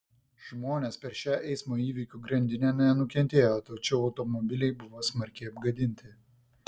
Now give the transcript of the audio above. žmonės per šią eismo įvykių grandinę nenukentėjo tačiau automobiliai buvo smarkiai apgadinti